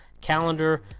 Calendar